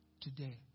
today